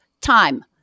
time